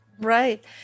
Right